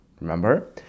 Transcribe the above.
remember